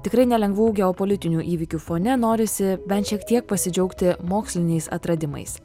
tikrai nelengvų geopolitinių įvykių fone norisi bent šiek tiek pasidžiaugti moksliniais atradimais